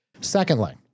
Secondly